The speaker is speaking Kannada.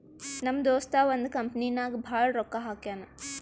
ನಮ್ ದೋಸ್ತ ಒಂದ್ ಕಂಪನಿ ನಾಗ್ ಭಾಳ್ ರೊಕ್ಕಾ ಹಾಕ್ಯಾನ್